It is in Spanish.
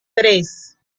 tres